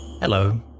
Hello